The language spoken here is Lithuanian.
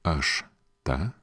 aš ta